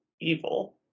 evil